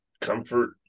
comfort